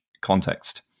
context